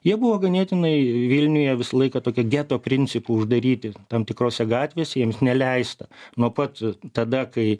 jie buvo ganėtinai vilniuje visą laiką tokia geto principu uždaryti tam tikrose gatvėse jiems neleista nuo pat tada kai